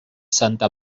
santa